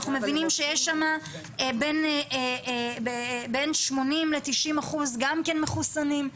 אנחנו מבינים שיש שם בין שמונים לתשעים אחוז גם כן מסוכנים.